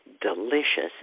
delicious